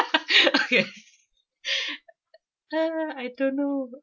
okay ya lah I don't know